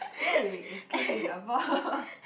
Gary is kicking a ball